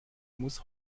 muss